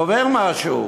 הוא עובר משהו.